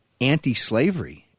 anti-slavery